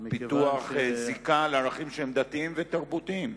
פיתוח זיקה לערכים שהם דתיים ותרבותיים?